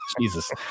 Jesus